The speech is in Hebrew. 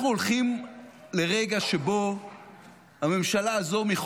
אנחנו הולכים לרגע שבו הממשלה הזו תגיד